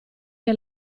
che